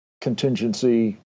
contingency